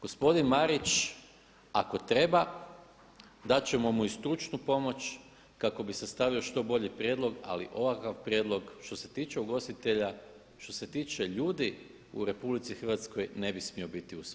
Gospodin Marić ako treba dat ćemo i stručnu pomoć kako bi sastavio što bolji prijedlog ali ovakav prijedlog što se tiče ugostitelja, što se tiče ljudi u RH ne bi smio biti usvojen.